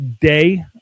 day